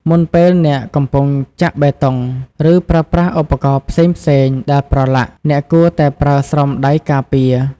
មុនពេលអ្នកកំពុងចាក់បេតុង ឬប្រើប្រាស់ឧបករណ៍ផ្សេងៗដែលប្រឡាក់ អ្នកគួរតែប្រើស្រោមដៃការពារ។